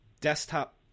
desktop